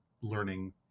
learning